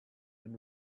and